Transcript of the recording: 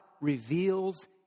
reveals